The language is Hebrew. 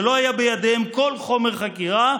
שלא היה בידיהם כל חומר חקירה,